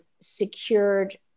secured